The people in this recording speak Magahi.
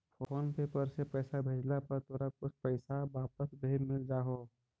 फोन पे पर से पईसा भेजला पर तोरा कुछ पईसा वापस भी मिल जा हो